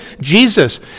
Jesus